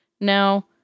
Now